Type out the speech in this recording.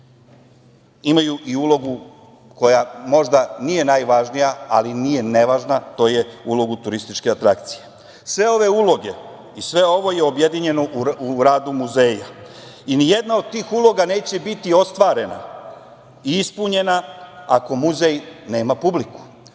imaju i ulogu koja možda nije najvažnija, ali nije nevažna, a to je ulogu turističke atrakcije. Sve ove uloge i sve ovo je objedinjeno u radu muzeja i nijedna od tih uloga neće biti ostvarena i ispunjena ako muzej nema publiku.